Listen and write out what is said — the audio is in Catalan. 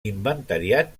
inventariat